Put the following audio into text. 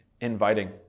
inviting